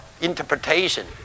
interpretation